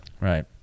Right